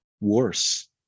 worse